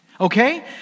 Okay